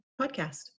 podcast